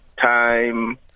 time